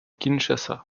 kinshasa